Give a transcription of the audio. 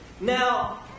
Now